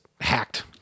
hacked